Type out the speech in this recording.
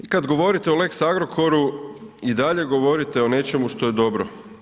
I kad govorite o lex Agrokoru i dalje govorite o nečemu što je dobro.